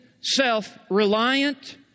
self-reliant